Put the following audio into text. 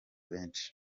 benshi